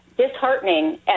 disheartening